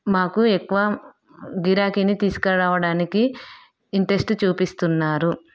మాకు ఎక్కువ గిరాకీని తీసుకు రావడానికి ఇంట్రెస్ట్ చూపిస్తున్నారు